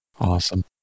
Awesome